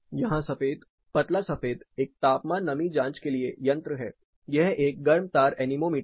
यहाँ सफ़ेद पतला सफ़ेद एक तापमान नमी जांच के लिए यंत्र है यह एक गर्म तार एनेमोमीटर है